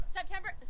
September